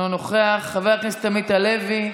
אינו נוכח, חבר הכנסת עמית הלוי,